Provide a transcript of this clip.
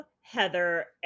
Heather